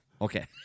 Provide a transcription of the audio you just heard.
Okay